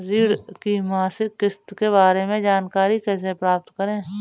ऋण की मासिक किस्त के बारे में जानकारी कैसे प्राप्त करें?